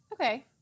Okay